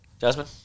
Jasmine